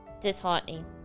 disheartening